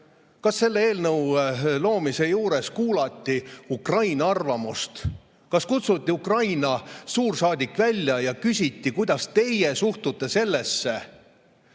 Kas selle eelnõu loomise juures kuulati Ukraina arvamust? Kas kutsuti Ukraina suursaadik välja ja küsiti: "Kuidas suhtute sellesse,